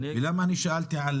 למה שאלתי על